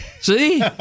See